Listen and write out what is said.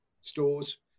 stores